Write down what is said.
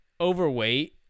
overweight